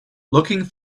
looking